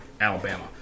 Alabama